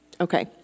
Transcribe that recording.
Okay